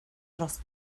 dros